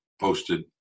posted